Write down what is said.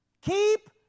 Keep